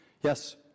Yes